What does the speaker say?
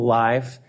life